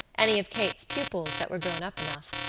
any of kate's pupils that were grown up enough,